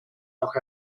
auch